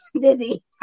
busy